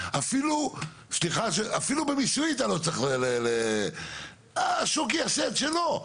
אפילו במיסוי אתה לא צריך, השוק יעשה את שלו.